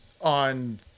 on